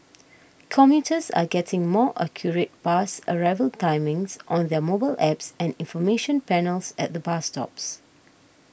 commuters are getting more accurate bus arrival timings on their mobile apps and information panels at the bus stops